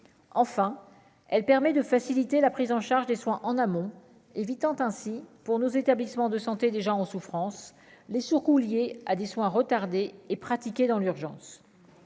enfin, elle permet de faciliter la prise en charge des soins en amont, évitant ainsi pour nos établissements de santé des gens en souffrance, les surcoûts liés à des soins retardés et pratiqués dans l'urgence,